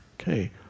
Okay